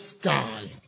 sky